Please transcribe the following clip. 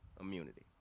immunity